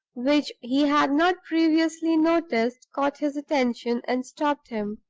which he had not previously noticed, caught his attention and stopped him.